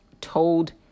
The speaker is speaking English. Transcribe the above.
told